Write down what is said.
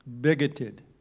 bigoted